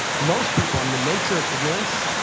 most people, and the nature of ignorance,